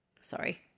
Sorry